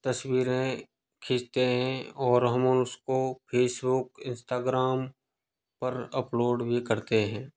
तस्वीरें खींचते हैं और हम उसको फेसबुक इंस्टाग्राम पर अपलोड भी करते हैं